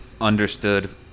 understood